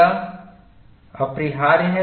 यह अपरिहार्य है